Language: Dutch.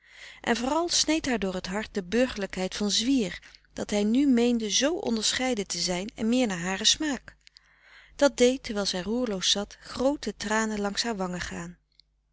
en vooral sneed haar door t hart de burgerlijkheid van zwier dat hij nu meende z onderscheiden te zijn en meer naar haren smaak dat deed terwijl zij roerloos zat groote tranen langs haar wangen gaan